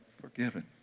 forgiven